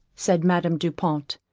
said madame du pont,